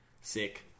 sick